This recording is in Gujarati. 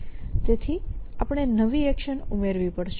તેથી આપણે નવી એક્શન ઉમેરવી પડશે